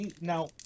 now